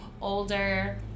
older